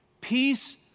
peace